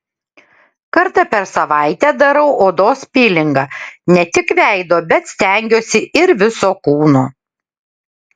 kartą per savaitę darau odos pilingą ne tik veido bet stengiuosi ir viso kūno